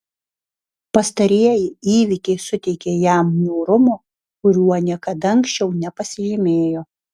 pastarieji įvykiai suteikė jam niūrumo kuriuo niekada anksčiau nepasižymėjo